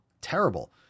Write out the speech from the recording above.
Terrible